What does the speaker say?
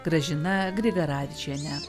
gražina grigaravičiene